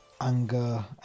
anger